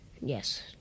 Yes